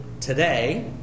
today